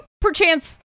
perchance